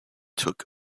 took